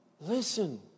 Listen